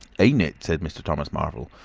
ain't it? said mr. thomas marvel.